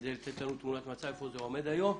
כדי לקבל תמונת מצב לגבי היכן זה עומד היום.